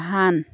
van